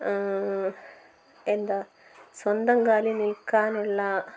എന്താ സ്വന്തം കാലിൽ നിൽക്കാനുള്ള